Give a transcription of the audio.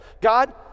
God